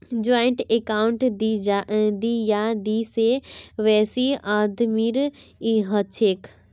joint account दी या दी से बेसी आदमीर हछेक